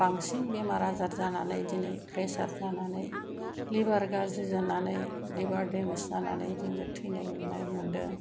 बांसिन बेमार आजार जानानै दिनै प्रेसार जानानै लिभार गाज्रि जानानै लिभार देमेज जानानै जोङो थैनाय नुदों